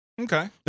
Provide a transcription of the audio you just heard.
Okay